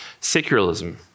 secularism